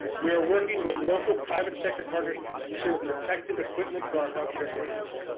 we're working with local private sector partners to procure protective equipment for our healthcare workers.